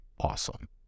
awesome